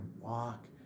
walk